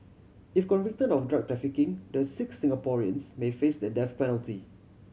if convicted of drug trafficking the six Singaporeans may face the death penalty